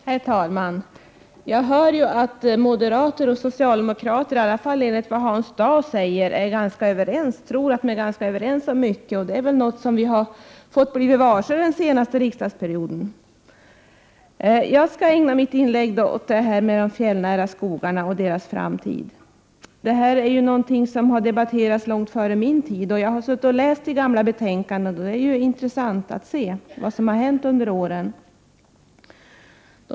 Herr talman! Hans Dau säger att han tror att moderater och socialdemokrater är överens om ganska mycket, och det är ju någonting som vi har blivit varse under den senaste riksdagsperioden. Jag skall ägna mitt inlägg åt frågan om de fjällnära skogarna och deras framtid, något som har debatterats långt före min tid i riksdagen. Jag har suttit och läst i gamla betänkanden, och det är intressant att se vad som hänt under åren.